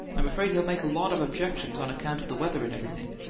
i'm afraid he'll make a lot of objections, on account of the weather and everything.